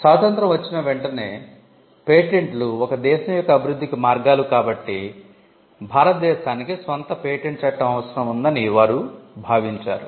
స్వాతంత్ర్యం వచ్చిన వెంటనే పేటెంట్లు ఒక దేశం యొక్క అభివృద్ధికి మార్గాలు కాబట్టి భారతదేశానికి స్వంత పేటెంట్ చట్టం అవసరం ఉందని అందరు భావించారు